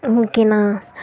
ஓகேண்ணா